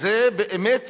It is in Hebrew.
זה באמת